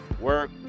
work